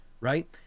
right